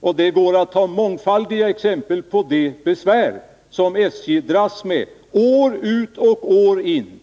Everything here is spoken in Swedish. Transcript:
och det går att ta mångfaldiga exempel på de besvär som SJ dras med år ut och år in.